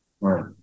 Right